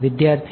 વિદ્યાર્થી